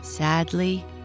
Sadly